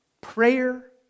prayer